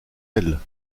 elle